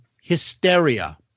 Hysteria